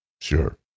Sure